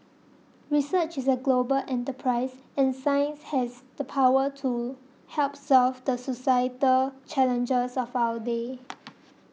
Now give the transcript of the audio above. research is a global enterprise and science has the power to help solve the societal challenges of our day